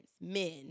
men